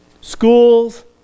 schools